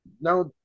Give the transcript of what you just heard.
now